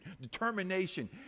determination